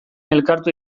elkartu